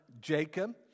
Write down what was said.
Jacob